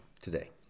today